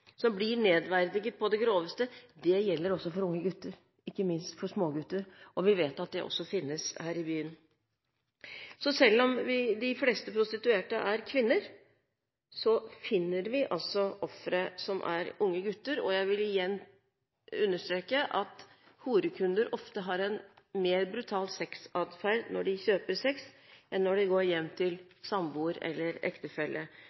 som blir nedverdiget på det groveste, gjelder også for unge gutter, ikke minst for smågutter, og vi vet at det også finnes her i byen. Så selv om de fleste prostituerte er kvinner, finner vi altså unge gutter som er ofre, og jeg vil igjen understreke at horekunder ofte har en mer brutal sexatferd når de kjøper sex, enn når de går hjem til samboer eller ektefelle.